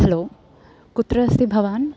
hello कुत्र अस्ति भवान्